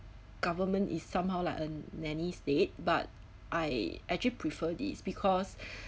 government is somehow like a nanny state but I actually prefer this because